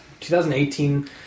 2018